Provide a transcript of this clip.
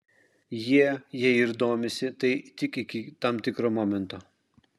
jie jei ir domisi tai tik iki tam tikro momento